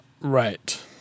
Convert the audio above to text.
Right